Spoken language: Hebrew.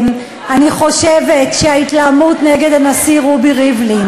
אני חושבת שההתלהמות נגד הנשיא רובי ריבלין